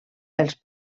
els